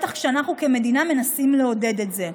שבטח אנחנו כמדינה מנסים לעודד אותו.